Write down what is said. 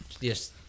Yes